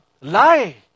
lie